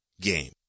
game